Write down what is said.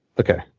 okay.